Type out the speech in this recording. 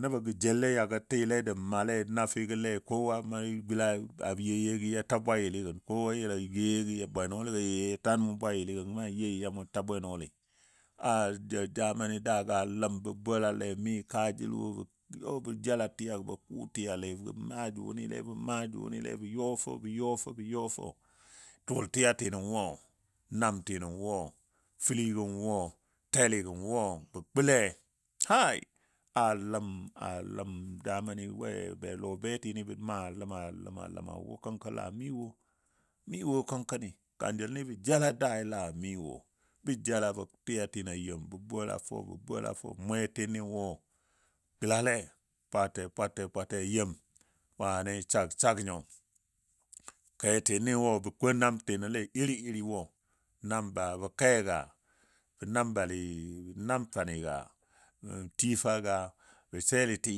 nəbo gə jelle yagə tɨle jə ma nafigole kowa yəla yeo yegi ya bwayiligən kowa yila yeo yegi bwenɔɔligo yeo yego tan mʊn bwiyiligɔ nan yei mun ta bwenɔɔli, a a zamani daago a ləm bə bolale mi kajəl wo yɔ bə jala tiyago bə kʊ tiyale bə maa jʊnile, bə maa jʊnile, bə yɔ fou, bə yɔ fou, bə yɔ fou tʊʊl tiyatino nwo naimtino fəligo nwo, tɛligo nwo bə kule hai a ləm a ləm zamani lɔ betini bə maa ləm ləm ləm la kənko la miwo, miwo kənkoni, kanjəlni bə jala daai la miwo. Bə jela bə kwiya təgo yem bə bola fou bə bola fou mwetini nwo gəlale pwate pwate pwate yem wane sak sak nyo kɛtini nwo bə namtinole iri iri nwo namba bə kɛka, bə nambali namfanika, ti faka bə selitɨ